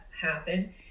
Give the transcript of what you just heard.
happen